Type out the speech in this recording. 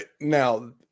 Now